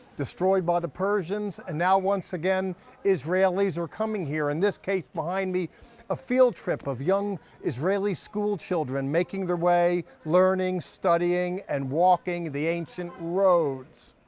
destroyed by the persians, and now once again israelis are coming here. in this case, behind me a field trip of young israeli school children making their way, learning, studying, and walking the ancients roads.